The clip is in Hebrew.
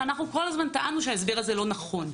ואנחנו כל הזמן טענו שההסבר הזה לא נכון.